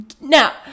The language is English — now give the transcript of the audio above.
Now